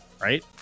right